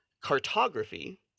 Cartography